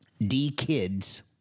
D-kids